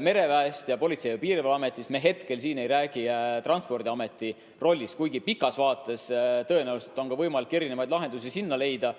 mereväest ja Politsei- ja Piirivalveametist. Me hetkel siin ei räägi Transpordiameti rollist, kuigi pikas vaates tõenäoliselt on võimalik erinevaid lahendusi sinna leida.